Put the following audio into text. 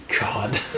god